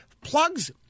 Plugs